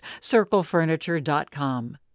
CircleFurniture.com